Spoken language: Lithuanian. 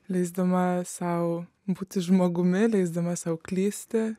leisdama sau būti žmogumi leisdamas sau klysti